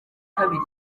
kabiri